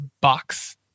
box